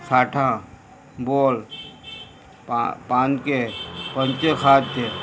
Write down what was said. साठा बोल पा पानके पंचे खाद्य